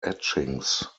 etchings